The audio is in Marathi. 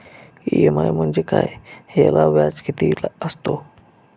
इ.एम.आय म्हणजे काय? त्याला व्याज किती असतो?